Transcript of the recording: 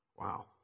Wow